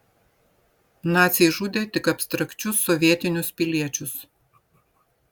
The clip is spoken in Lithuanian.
naciai žudė tik abstrakčius sovietinius piliečius